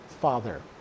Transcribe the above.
father